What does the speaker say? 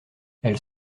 elle